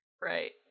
right